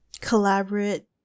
collaborate